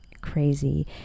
crazy